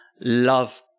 love